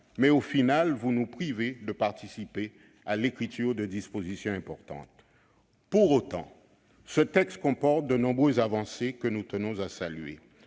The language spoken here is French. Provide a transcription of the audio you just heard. Mais, en définitive, vous nous privez de participer à l'écriture de dispositions importantes. Pour autant, ce texte comporte de nombreuses avancées que nous tenons à saluer.